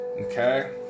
okay